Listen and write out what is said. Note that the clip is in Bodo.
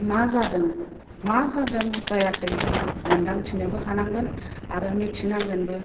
मा जादों मा जादों जायाखै बेखौ नों मोन्दांथिनोबो हानांगोन आरो मिथिनांगोनबो